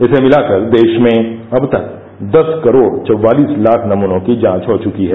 इसे मिलाकर देश में अब तक दस करोड़ चौवालिस लाख नमूनों की जांच हो चुकी है